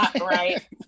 Right